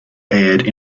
aired